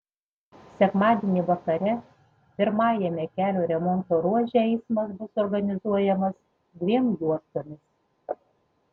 sekmadienį vakare pirmajame kelio remonto ruože eismas bus organizuojamas dviem juostomis